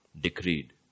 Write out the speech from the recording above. Decreed